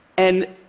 and.